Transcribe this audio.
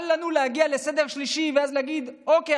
אל לנו להגיע לסגר שלישי ואז להגיד: אוקיי,